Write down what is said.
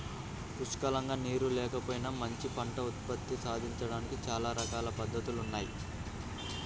పుష్కలంగా నీరు లేకపోయినా మంచి పంట ఉత్పత్తి సాధించడానికి చానా రకాల పద్దతులున్నయ్